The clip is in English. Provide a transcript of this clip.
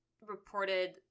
reported